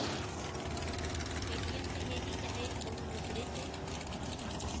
हम पेटीएम से भेजीं चाहे कउनो दूसरे से